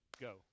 go